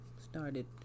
started